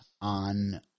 on